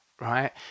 right